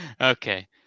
Okay